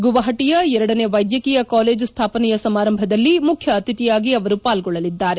ಗುವಾಪಟಿಯ ಎರಡನೇ ವೈದ್ಯಕೀಯ ಕಾಲೇಜು ಸ್ವಾಪನೆಯ ಸಮಾರಂಭದಲ್ಲಿ ಮುಖ್ಯ ಅತಿಥಿಯಾಗಿ ಅವರು ಪಾಲ್ಗೊಳ್ಳಲಿದ್ದಾರೆ